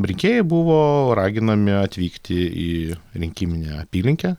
rinkėjai buvo raginami atvykti į rinkiminę apylinkę